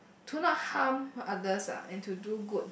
to not harm others lah and to do good